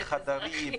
וחדרים,